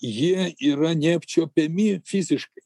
jie yra neapčiuopiami fiziškai